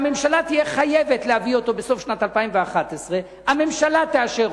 שהממשלה תהיה חייבת להביא בסוף שנת 2011. הממשלה תאשר אותה.